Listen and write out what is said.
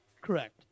Correct